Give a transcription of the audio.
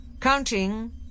Counting